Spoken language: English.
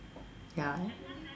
ya